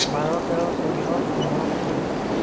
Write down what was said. বাৰ তেৰ চৈধ্য পোন্ধৰ ষোল্ল